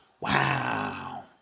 wow